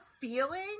feeling